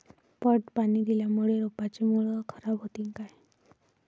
पट पाणी दिल्यामूळे रोपाची मुळ खराब होतीन काय?